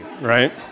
right